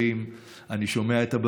אני שומע את הקשיים,